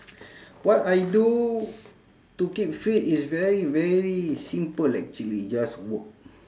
what I do to keep fit is very very simple actually just work